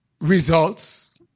results